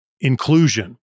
inclusion